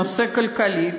נושא כלכלי,